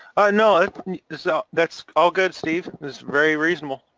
no, that's all good steve, that's very reasonable.